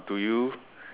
do you